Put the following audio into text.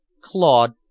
Claude